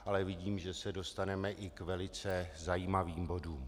Ale vidím, že se dostaneme i k velice zajímavým bodům.